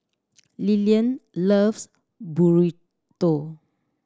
Lilian loves Burrito